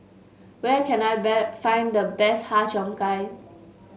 where can I find the best Har Cheong Gai